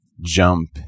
jump